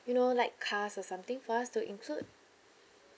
you know like cars or something for us to include